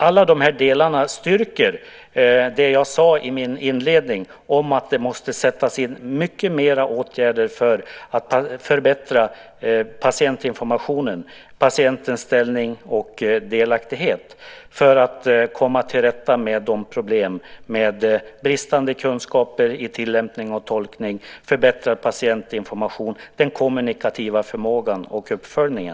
Alla de här delarna styrker vad jag inledningsvis sade om att det måste sättas in mycket mer av åtgärder för att förbättra patientinformationen och patientens ställning och delaktighet - detta för att komma till rätta med problemen med bristande kunskaper i tillämpning och tolkning, förbättrad patientinformation, kommunikativ förmåga och uppföljning.